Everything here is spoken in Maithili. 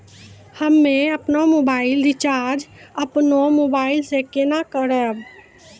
हम्मे आपनौ मोबाइल रिचाजॅ आपनौ मोबाइल से केना करवै?